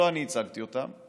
שלא אני הצגתי אותם,